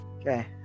Okay